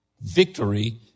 victory